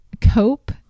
cope